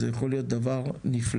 זה יכול להיות דבר נפלא.